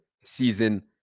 season